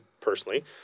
personally